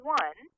one